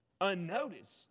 unnoticed